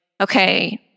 okay